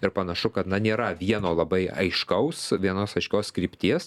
ir panašu kad na nėra vieno labai aiškaus vienos aiškios krypties